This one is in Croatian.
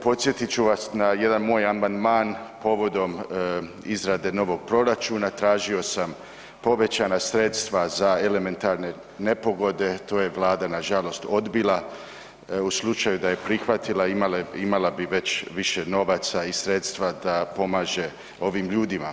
Podsjetit ću vas na jedan moj amandman povodom novog proračuna, tražio sam povećana sredstva za elementarne nepogode, to je Vlada nažalost odbila, u slučaju da je prihvatila, imala bi već više novaca i sredstva da pomaže ovim ljudima.